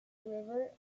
river